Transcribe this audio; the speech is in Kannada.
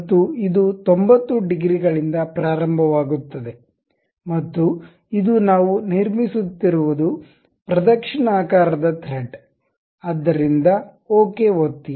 ಮತ್ತು ಇದು 90 ಡಿಗ್ರಿಗಳಿಂದ ಪ್ರಾರಂಭವಾಗುತ್ತದೆ ಮತ್ತು ಇದು ನಾವು ನಿರ್ಮಿಸುತ್ತಿರುವದು ಪ್ರದಕ್ಷಿಣಾಕಾರದ ಥ್ರೆಡ್ ಆದ್ದರಿಂದ ಓಕೆ ಒತ್ತಿ